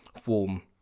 form